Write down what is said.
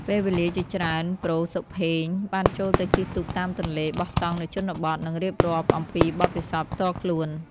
ពេលវេលាជាច្រើន ប្រូ សុផេង បានចូលទៅជិះទូកតាមទន្លេ បោះតង់នៅជនបទ និងរៀបរាប់អំពីបទពិសោធន៍ផ្ទាល់ខ្លួន។